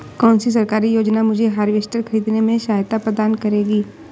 कौन सी सरकारी योजना मुझे हार्वेस्टर ख़रीदने में सहायता प्रदान करेगी?